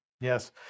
Yes